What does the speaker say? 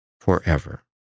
forever